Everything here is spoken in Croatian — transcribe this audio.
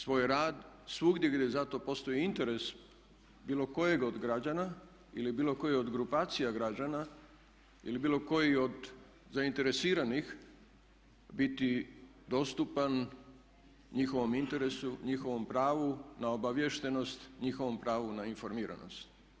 Svoj rad svugdje gdje za to postoji interes bilo kojeg od građana ili bilo koji od grupacija građana ili bilo koji od zainteresiranih biti dostupan njihovom interesu, njihovom pravu na obaviještenost, njihovom pravu na informiranost.